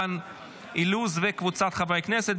דן אילוז וקבוצת חברי הכנסת,